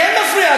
כן מפריע,